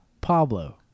Pablo